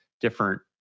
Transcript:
different